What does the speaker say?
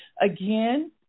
Again